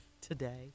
Today